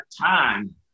time